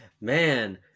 Man